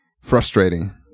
frustrating